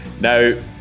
Now